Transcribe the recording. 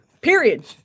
period